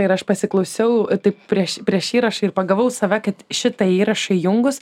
ir aš pasiklausiau taip prieš prieš įrašą ir pagavau save kad šitą įrašą įjungus